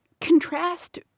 contrast